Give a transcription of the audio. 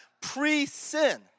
pre-sin